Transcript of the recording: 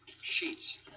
sheets